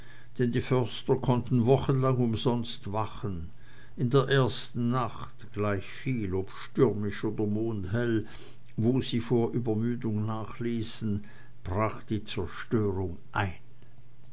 denn die förster konnten wochenlang umsonst wachen in der ersten nacht gleichviel ob stürmisch oder mondhell wo sie vor übermüdung nachließen brach die zerstörung ein